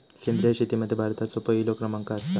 सेंद्रिय शेतीमध्ये भारताचो पहिलो क्रमांक आसा